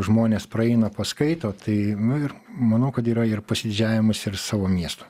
žmonės praeina paskaito tai ir manau kad yra ir pasididžiavimas ir savo miestu